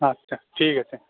আচ্ছা ঠিক আছে